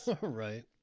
Right